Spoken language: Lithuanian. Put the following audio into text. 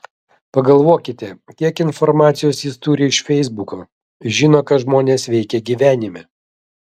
pagalvokite kiek informacijos jis turi iš feisbuko žino ką žmonės veikia gyvenime